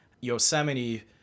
Yosemite